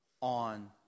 on